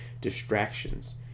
distractions